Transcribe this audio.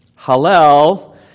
Hallel